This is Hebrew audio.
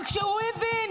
אבל כשהוא הבין